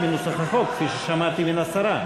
החוק, כפי ששמעתי מהשרה.